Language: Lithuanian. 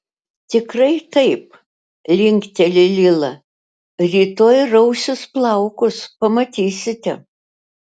tikrai taip linkteli lila rytoj rausis plaukus pamatysite